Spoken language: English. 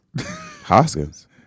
Hoskins